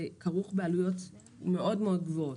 זה כרוך בעלויות מאוד מאוד גבוהות.